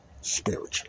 spiritually